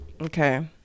Okay